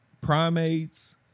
primates